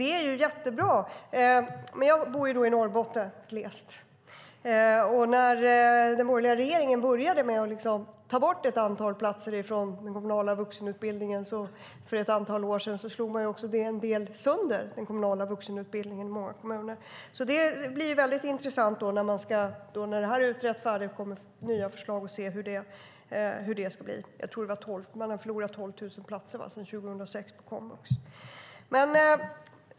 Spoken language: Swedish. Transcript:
Det är jättebra, men jag bor i Norrbotten - glest - och när den borgerliga regeringen började med att ta bort ett antal platser från den kommunala vuxenutbildningen för ett antal år sedan slog man också till en del sönder den kommunala vuxenutbildningen i många kommuner. Jag tror att man har förlorat 12 000 platser på komvux sedan 2006, och det blir därför väldigt intressant att se hur det ska bli när det här är färdigutrett och det kommer nya förslag.